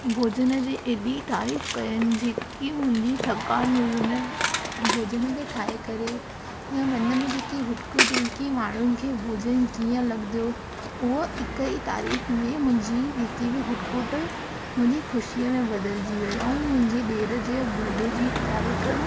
भोजन जी एॾी तारीफ़ कयनि जे थी मुंहिंजी थकान हुई उन भोजन खे ठाहे करे या मन में जेकी हुट ख़ुट हुई की माण्हू खे भोजन कीअं लॻंदो उहा इक ई तारीफ़ में मुंहिंजी जेकी बि हुट कुट मुंहिंजी ख़ुशीअ में बदलजी वई ऐं मुंहिजी ॾेर जे बडे जी कार्यक्रम